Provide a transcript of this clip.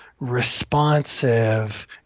responsive